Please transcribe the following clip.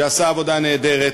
שעשה עבודה נהדרת,